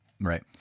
Right